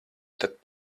tad